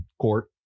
court